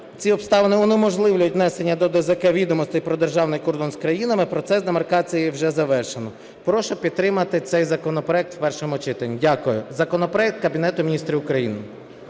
ці обставини унеможливлюють внесення до ДЗК відомостей про державний кордон з країнами, процес демаркації вже завершено. Прошу підтримати цей законопроект в першому читанні. Дякую. Законопроект Кабінету Міністрів України.